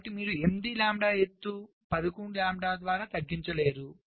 కాబట్టి మీరు 8 లాంబ్డా ఎత్తు 11 లాంబ్డా ద్వారా తగ్గించలేరు